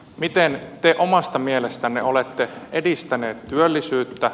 miten te omasta mielestänne olette edistänyt työllisyyttä